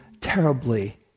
terribly